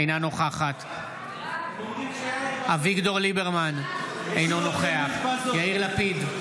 אינה נוכחת אביגדור ליברמן, אינו נוכח יאיר לפיד,